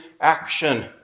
action